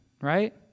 right